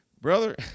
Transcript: brother